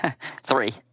three